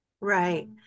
Right